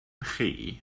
chi